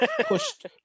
pushed